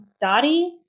Dottie